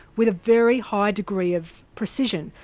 with a very high degree of precision.